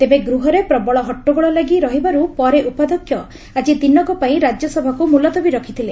ତେବେ ଗୃହରେ ପ୍ରବଳ ହଟ୍ଟଗୋଳ ଲାଗି ରହିବାରୁ ପରେ ଉପାଧ୍ୟକ୍ଷ ଆକି ଦିନକ ପାଇଁ ରାଜ୍ୟସଭାକୁ ମ୍ରଲତବୀ ରଖିଥିଲେ